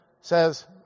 says